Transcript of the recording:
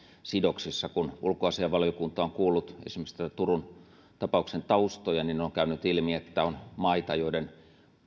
sidoksissa kun ulkoasiainvaliokunta on kuullut esimerkiksi turun tapauksen taustoja niin on käynyt ilmi että on maita joiden